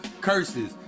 curses